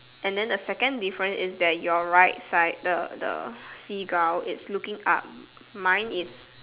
and then the second different is that your right side the the Seagull is looking up mine is